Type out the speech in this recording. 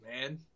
man